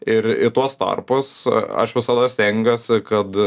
ir į tuos tarpus aš visada stengiuosi kad